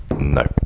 No